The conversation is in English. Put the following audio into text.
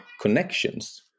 connections